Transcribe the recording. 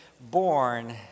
born